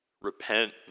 Repent